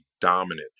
dominant